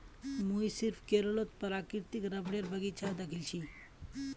मुई सिर्फ केरलत प्राकृतिक रबरेर बगीचा दखिल छि